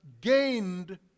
gained